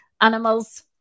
animals